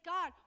God